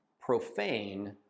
profane